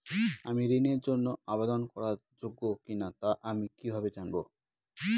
আমি ঋণের জন্য আবেদন করার যোগ্য কিনা তা আমি কীভাবে জানব?